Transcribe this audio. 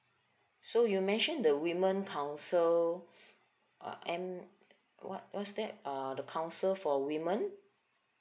so you mentioned the women council uh and what what's that uh the council for women